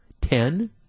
Ten